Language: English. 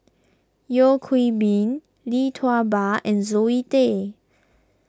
Yeo Hwee Bin Lee Tua Ba and Zoe Tay